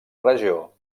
regió